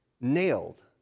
nailed